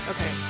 Okay